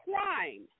crime